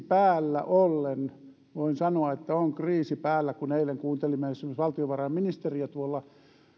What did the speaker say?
päällä ollessa voin sanoa että on kriisi päällä kun eilen kuuntelimme esimerkiksi valtiovarainministeriä tuolla